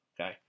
okay